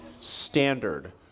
standard